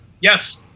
yes